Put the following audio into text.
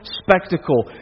spectacle